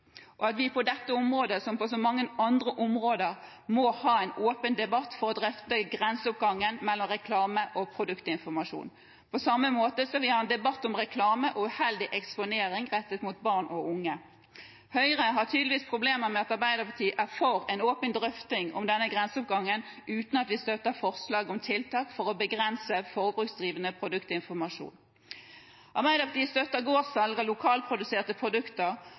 og at vi på dette området – som på så mange andre områder – må ha en åpen debatt for å drøfte grenseoppgangen mellom reklame og produktinformasjon, på samme måte som vi har en debatt om reklame og uheldig eksponering rettet mot barn og unge. Høyre har tydeligvis problemer med at Arbeiderpartiet er for en åpen drøfting om denne grenseoppgangen uten at vi støtter forslag om tiltak for å begrense forbruksdrivende produktinformasjon. Arbeiderpartiet støtter gårdssalg av lokalproduserte produkter